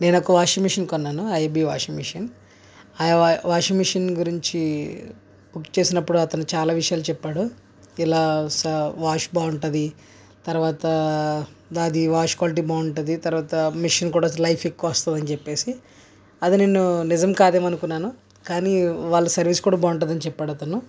నేనొక washing machine కొన్నాను IFB washing machine ఆయా వాషింగ్ మెషిన్ గురించి బుక్ చేసినప్పుడు అతను చాలా విషయాలు చెప్పాడు ఇలా వాష్ బాగుంటుంది తర్వాత అది వాష్ క్వాలిటీ బాగుంటుంది తర్వాత మిషన్ కూడా లైఫ్ ఎక్కువ వస్తుంది అని చెప్పేసి అది నేను నిజం కాదేమనుకున్నాను కానీ వాళ్ళ సర్వీస్ కూడా బాగుంటుంది అని చెప్పాడు అతను